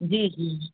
जी जी